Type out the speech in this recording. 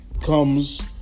comes